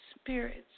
spirits